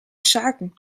saken